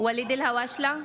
ואליד אלהואשלה,